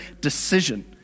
decision